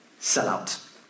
sellout